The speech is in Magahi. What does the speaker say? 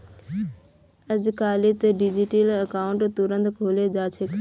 अजकालित डिजिटल अकाउंट तुरंत खुले जा छेक